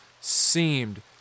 seemed